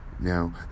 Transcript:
Now